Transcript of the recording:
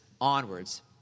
onwards